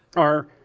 are